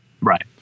Right